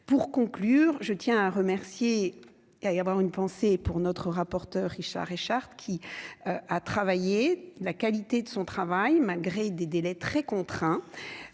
pour conclure, je tiens à remercier et avoir une pensée pour notre rapporteur Richard qui a travaillé la qualité de son travail malgré des délais très contraints,